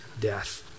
death